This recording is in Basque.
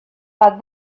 bat